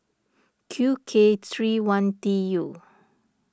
Q K three one T U